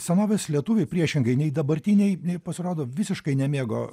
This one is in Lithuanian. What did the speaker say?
senovės lietuviai priešingai nei dabartiniai pasirodo visiškai nemėgo